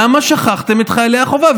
למה שכחתם את חיילי החובה?